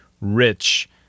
rich